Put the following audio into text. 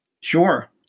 Sure